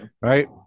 Right